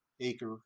acre